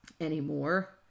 anymore